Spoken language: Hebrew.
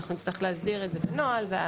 אנחנו נצטרך להסדיר את זה בנוהל.